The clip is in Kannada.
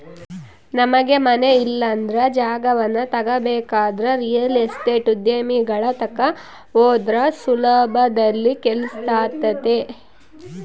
ನಮಗೆ ಮನೆ ಇಲ್ಲಂದ್ರ ಜಾಗವನ್ನ ತಗಬೇಕಂದ್ರ ರಿಯಲ್ ಎಸ್ಟೇಟ್ ಉದ್ಯಮಿಗಳ ತಕ ಹೋದ್ರ ಸುಲಭದಲ್ಲಿ ಕೆಲ್ಸಾತತೆ